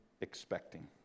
expecting